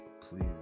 please